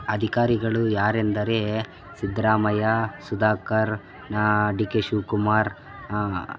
ಅಧಿಕಾರಿಗಳು ಯಾರೆಂದರೆ ಸಿದ್ರಾಮಯ್ಯ ಸುಧಾಕರ ನಾ ಡಿ ಕೆ ಶಿವ್ಕುಮಾರ್